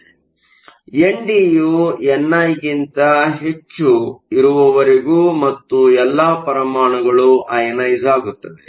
ಆದ್ದರಿಂದ N D ಯು N I ಗಿಂತ ಹೆಚ್ಚು ಇರುವವರೆಗೂ ಮತ್ತು ಎಲ್ಲಾ ಪರಮಾಣುಗಳು ಅಯನೈಸ಼್ ಆಗುತ್ತವೆ